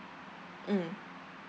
mm